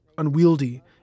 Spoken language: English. unwieldy